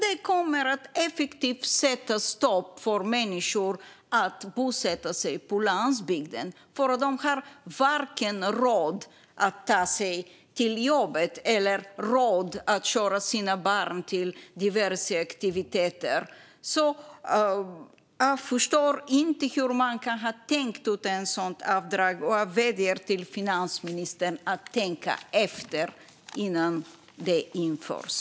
Det kommer att effektivt sätta stopp för människor att bosätta sig på landsbygden eftersom de varken har råd att ta sig till jobbet eller råd att köra sina barn till diverse aktiviteter. Jag förstår inte hur man kan ha tänkt ut ett sådant avdrag, och jag vädjar till finansministern att tänka efter innan detta införs.